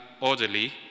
orderly